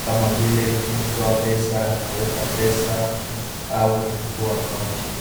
kama vile:kutoa pesa, kuweka pesa au kufungua akaunti.